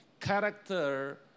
Character